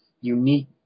unique